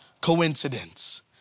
coincidence